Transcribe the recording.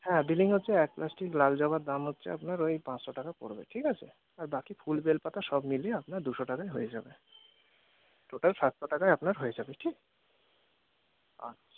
হ্যাঁ বিলিং হচ্ছে এক প্লাস্টিক লাল জবার দাম হচ্ছে আপনার ওই পাঁচশো টাকা পড়বে ঠিক আছে আর বাকি ফুল বেলপাতা সব মিলিয়ে আপনার দুশো টাকায় হয়ে যাবে টোটাল সাতশো টাকায় আপনার হয়ে যাবে ঠিক আচ্ছা